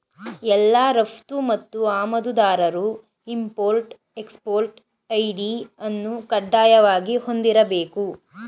ಎಲ್ಲಾ ರಫ್ತು ಮತ್ತು ಆಮದುದಾರರು ಇಂಪೊರ್ಟ್ ಎಕ್ಸ್ಪೊರ್ಟ್ ಐ.ಡಿ ಅನ್ನು ಕಡ್ಡಾಯವಾಗಿ ಹೊಂದಿರಬೇಕು